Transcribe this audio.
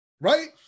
right